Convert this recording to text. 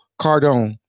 Cardone